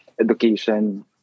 education